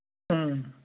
اۭں